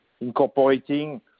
incorporating